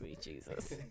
Jesus